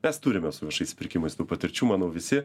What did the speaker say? mes turime su viešais pirkimais tų patirčių manau visi